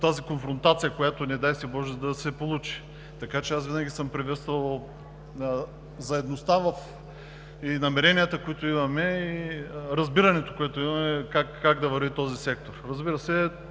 тази конфронтация, която, не дай боже, да се получи. Така че аз винаги съм приветствал заедността и намеренията, които имаме, и разбирането, което имаме, как да върви този сектор. Разбира се,